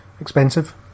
expensive